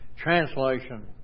Translation